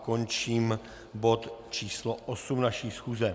Končím bod číslo 8 naší schůze.